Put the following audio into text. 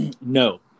no